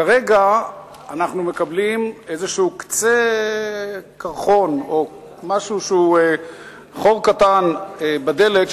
כרגע אנחנו מקבלים איזה קצה קרחון או משהו שהוא חור קטן בדלת,